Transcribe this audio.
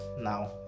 Now